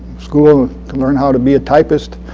school to learn how to be a typist.